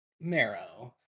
Marrow